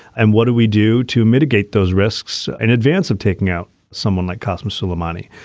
and what do we do to mitigate those risks in advance of taking out someone like castmate suleimani?